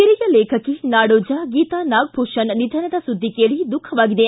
ಓರಿಯ ಲೇಖಕಿ ನಾಡೋಜ ಗೀತಾ ನಾಗಭೂಷಣ್ ನಿಧನದ ಸುದ್ದಿ ಕೇಳಿ ದುಖವಾಗಿದೆ